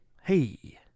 Hey